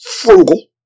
Frugal